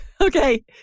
Okay